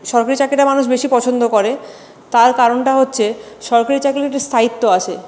সরকারি চাকরিটা মানুষ বেশি পছন্দ করে তার কারণটা হচ্ছে সরকারি চাকরির একটি স্থায়িত্ব আছে